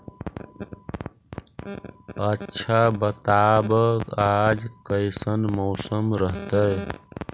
आच्छा बताब आज कैसन मौसम रहतैय?